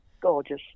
gorgeous